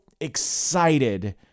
excited